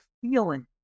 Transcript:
feeling